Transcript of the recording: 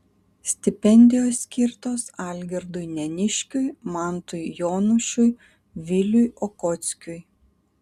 stipendijos skirtos algirdui neniškiui mantui jonušiui viliui okockiui